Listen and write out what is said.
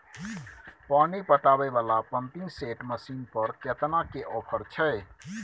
पानी पटावय वाला पंपिंग सेट मसीन पर केतना के ऑफर छैय?